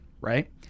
right